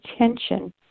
attention